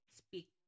speak